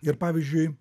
ir pavyzdžiui